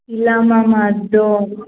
ಇಲ್ಲ ಮ್ಯಾಮ್ ಅದು